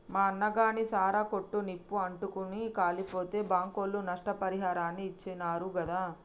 మా అన్నగాని సారా కొట్టు నిప్పు అంటుకుని కాలిపోతే బాంకోళ్లు నష్టపరిహారాన్ని ఇచ్చినారు గాదా